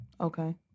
okay